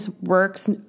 works